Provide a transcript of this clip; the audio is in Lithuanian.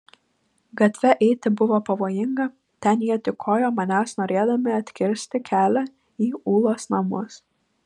gatve eiti buvo pavojinga ten jie tykojo manęs norėdami atkirsti kelią į ulos namus